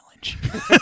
challenge